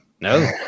No